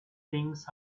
things